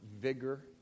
vigor